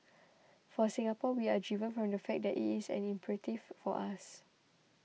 for Singapore we are driven from the fact that it is an imperative for us